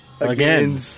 Again